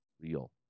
real